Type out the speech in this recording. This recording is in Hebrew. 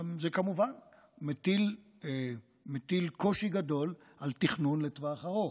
זה כמובן מטיל קושי גדול על תכנון לטווח ארוך.